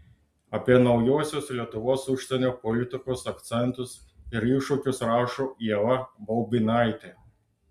apie naujuosius lietuvos užsienio politikos akcentus ir iššūkius rašo ieva baubinaitė